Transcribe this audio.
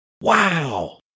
Wow